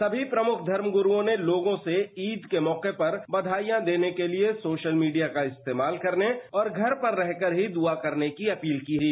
सभी प्रमुख धर्मग्रुओं ने लोगों से ईद के मौके पर बधाइयां देने के लिए सोशल मीडिया का इस्तेमाल करने और घर पर रहकर ही दुआ करने की अपील की थी